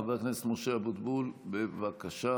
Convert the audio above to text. חבר הכנסת משה אבוטבול, בבקשה.